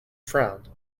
frowned